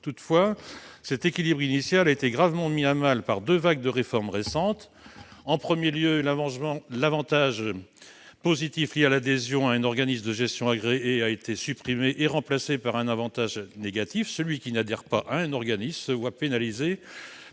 imposable. Cet équilibre initial a été gravement mis à mal par deux vagues de réformes récentes. D'une part, l'avantage positif lié à l'adhésion à un organisme de gestion agréé (OGA) a été supprimé et remplacé par un « avantage » négatif : celui qui n'adhère pas à un organisme agréé se voit pénalisé